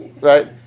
right